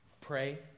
pray